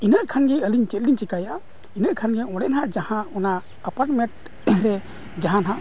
ᱤᱱᱟᱹᱜ ᱠᱷᱟᱱᱜᱮ ᱟᱹᱞᱤᱧ ᱪᱮᱫ ᱞᱤᱧ ᱪᱤᱠᱟᱹᱭᱟ ᱤᱱᱟᱹᱜ ᱠᱷᱟᱱᱜᱮ ᱚᱸᱰᱮ ᱱᱟᱦᱟᱸᱜ ᱡᱟᱦᱟᱸ ᱚᱱᱟ ᱮᱯᱟᱨᱴᱢᱮᱱᱴ ᱨᱮ ᱡᱟᱦᱟᱸ ᱱᱟᱦᱟᱜ